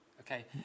Okay